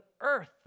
earth